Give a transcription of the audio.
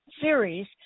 series